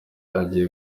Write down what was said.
agiye